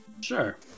Sure